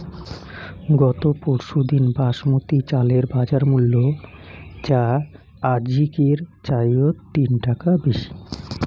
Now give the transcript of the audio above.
গত পরশুদিন বাসমতি চালের বাজারমূল্য যা আজিকের চাইয়ত তিন টাকা বেশি